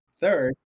Third